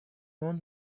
want